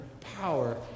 power